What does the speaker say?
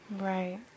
right